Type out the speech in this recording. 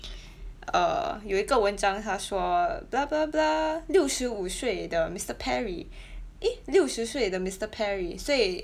err 有一个文章他说 err blah blah blah 六十五岁的 mister Perry eh 六十岁的 mister Perry say